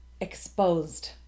exposed